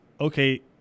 okay